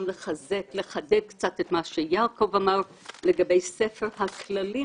לחדד את מה שיעקב אמר לגבי ספר הכללים,